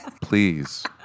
Please